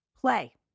play